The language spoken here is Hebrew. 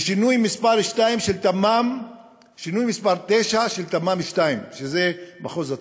שינוי מס' 9 של תמ"מ 2, שזה מחוז הצפון.